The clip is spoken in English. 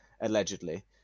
allegedly